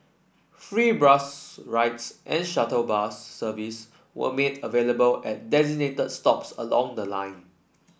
free bus rides and shuttle bus service were made available at designated stops along the line